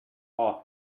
off